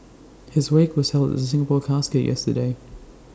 his wake was held at the Singapore casket yesterday